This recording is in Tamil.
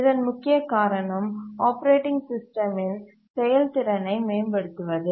இதன் முக்கிய காரணம் ஆப்பரேட்டிங் சிஸ்டமின் செயல்திறனை மேம்படுத்துவதே